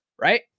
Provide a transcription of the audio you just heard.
right